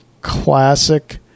classic